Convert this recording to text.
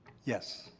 yes.